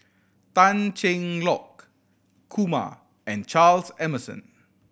Tan Cheng Lock Kumar and Charles Emmerson